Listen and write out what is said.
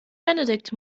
benedikt